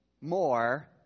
more